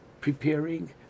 preparing